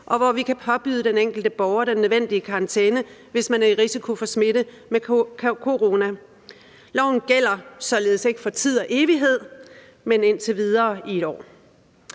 og hvor vi kan påbyde den enkelte borger den nødvendige karantæne, hvis man er i risiko for smitte med corona. Loven gælder således ikke for tid og evighed, men indtil videre i 1 år.